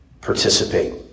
participate